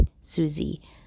Susie